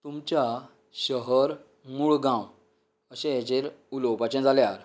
तुमच्या शहर मूळ गांव अशें हेजेर उलोवपाचे जाल्यार